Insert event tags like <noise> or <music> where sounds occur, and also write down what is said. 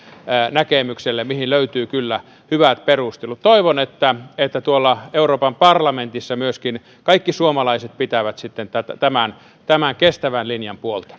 näkemykselle mihin löytyy kyllä hyvät perustelut toivon että tuolla euroopan parlamentissa myöskin kaikki suomalaiset pitävät sitten tämän tämän kestävän linjan puolta <unintelligible>